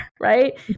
right